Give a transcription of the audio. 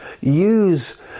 use